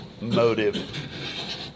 motive